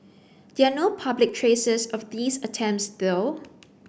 there're no public traces of these attempts though